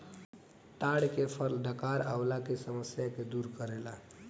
ताड़ के फल डकार अवला के समस्या के दूर करेला